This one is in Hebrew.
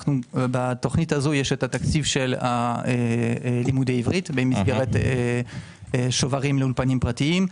בתוכנית הזו יש התקציב של לימודי עברית במסגרת שוברים לאולפנים פרטיים,